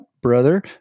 brother